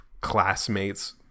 classmates